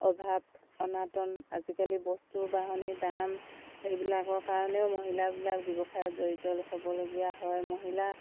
অভাৱ অনাতন আজিকালি বস্তু বাহনিৰ দাম সেইবিলাকৰ কাৰণেও মহিলাবিলাক ব্যৱসায়ত জড়িত হ'বলগীয়া হয় মহিলা